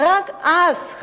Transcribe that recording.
רק אז,